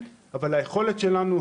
ואני חושב שזה חשוב מאוד.